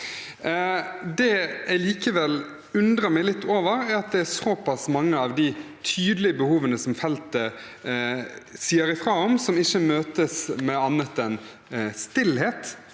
Det jeg likevel undrer meg litt over, er at såpass mange av de tydelige behovene feltet sier ifra om, ikke møtes med annet enn stillhet